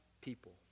people